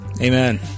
Amen